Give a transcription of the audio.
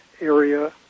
area